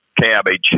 cabbage